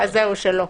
זהו שלא.